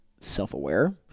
self-aware